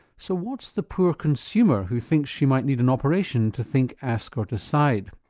so what's the poor consumer who thinks she might need an operation to think, ask, or decide?